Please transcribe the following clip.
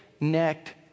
necked